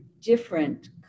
different